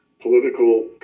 political